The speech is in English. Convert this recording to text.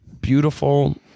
beautiful